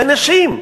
בנשים.